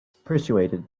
persuaded